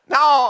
Now